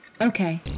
Okay